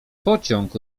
pociąg